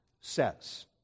says